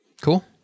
Cool